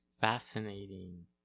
Fascinating